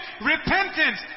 repentance